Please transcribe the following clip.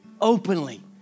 openly